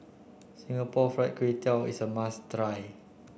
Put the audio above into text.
Singapore Fried Kway Tiao is a must try